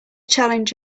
challenge